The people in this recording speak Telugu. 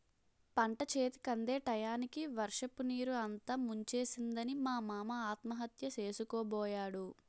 పంటచేతికందే టయానికి వర్షపునీరు అంతా ముంచేసిందని మా మామ ఆత్మహత్య సేసుకోబోయాడు